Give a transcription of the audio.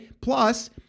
Plus